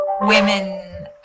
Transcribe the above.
women